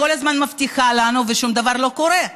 אוקראינה כל הזמן מבטיחה לנו, ושום דבר לא קורה.